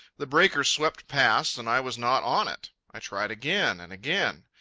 the breaker swept past, and i was not on it. i tried again and again.